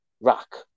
rock